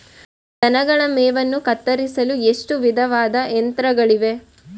ದನಗಳ ಮೇವನ್ನು ಕತ್ತರಿಸಲು ಎಷ್ಟು ವಿಧದ ಯಂತ್ರಗಳಿವೆ?